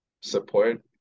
support